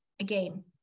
again